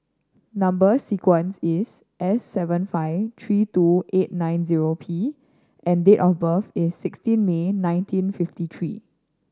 number sequence is S seven five three two eight nine zero P and date of birth is sixteen May nineteen fifty three